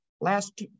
last